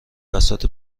بساط